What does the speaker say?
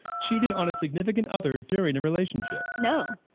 cheated on a significant other during a relationship. no.